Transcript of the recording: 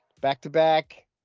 Back-to-back